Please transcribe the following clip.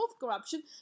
corruption